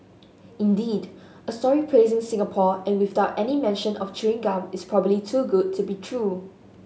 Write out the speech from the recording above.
indeed a story praising Singapore and without any mention of chewing gum is probably too good to be true